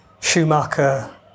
Schumacher